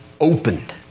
opened